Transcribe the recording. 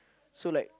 so like